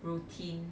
routine